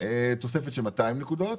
תוספת של 200 נקודות,